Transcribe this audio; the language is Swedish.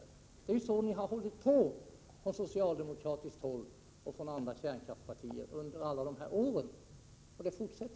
Det är så man har gjort under alla dessa år från socialdemokratiskt håll och från de andra kärnkraftspartiernas håll. Och det fortsätter man med.